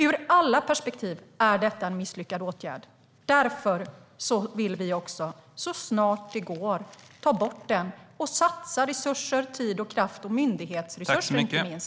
Ur alla perspektiv är detta en misslyckad åtgärd. Därför vill vi så snart det går ta bort den och satsa resurser, tid, kraft och myndighetsresurser där de bäst behövs.